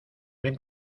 ven